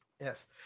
yes